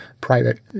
private